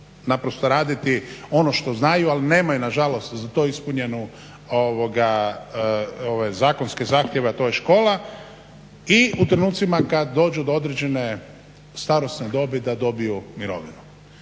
mogu raditi ono što znaju jer nemaju nažalost ispunjenu zakonske zahtjeve a to je škola i u trenucima kada dođu do određene starosne dobi da dobiju mirovinu.